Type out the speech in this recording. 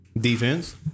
Defense